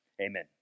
Amen